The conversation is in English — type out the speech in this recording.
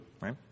right